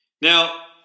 Now